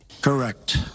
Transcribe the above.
Correct